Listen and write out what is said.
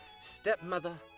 Stepmother